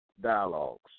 dialogues